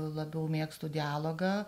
labiau mėgstu dialogą